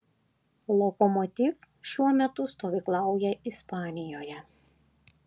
lokomotiv šiuo metu stovyklauja ispanijoje